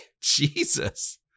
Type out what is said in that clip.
Jesus